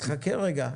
אז חכה רגע.